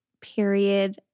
period